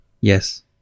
Yes